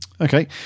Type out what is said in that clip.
Okay